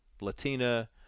Latina